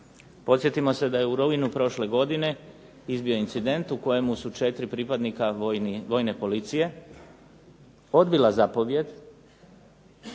Podsjetimo se da je u rujnu prošle godine izbio incident u kojem su 4 pripadnika Vojne policije odbila zapovijed